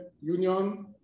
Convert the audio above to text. Union